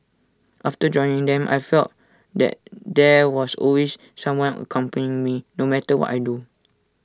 after joining them I felt that there was always someone accompanying me no matter what I do